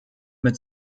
mit